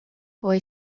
boy